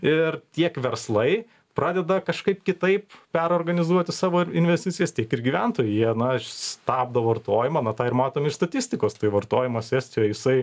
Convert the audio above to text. ir tiek verslai pradeda kažkaip kitaip perorganizuoti savo investicijas tiek ir gyventojai jie na stabdo vartojimą na tą ir matom iš statistikos tai vartojimas estijoj jisai